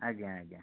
ଆଜ୍ଞା ଆଜ୍ଞା